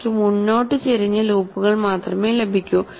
എനിക്ക് മുന്നോട്ട് ചരിഞ്ഞ ലൂപ്പുകൾ മാത്രമേ ലഭിക്കൂ